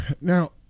Now